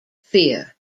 fear